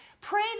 Pray